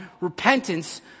repentance